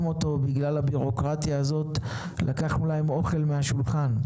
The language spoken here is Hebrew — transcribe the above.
אותו בגלל הבירוקרטיה הזאת אז לקחנו להם אוכל מהשולחן.